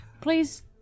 please